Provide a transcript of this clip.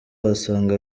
wasanga